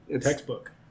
Textbook